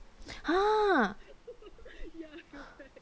!huh!